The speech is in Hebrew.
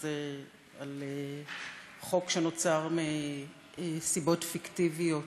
הזה על חוק שנוצר מסיבות פיקטיביות,